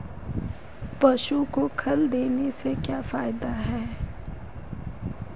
पशु को खल देने से क्या फायदे हैं?